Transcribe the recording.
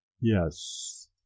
yes